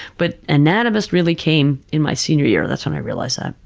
but anatomist really came in my senior year. that's when i realized that.